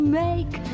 make